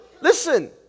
listen